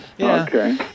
Okay